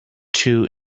two